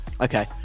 Okay